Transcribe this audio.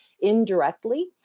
indirectly